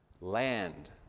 Land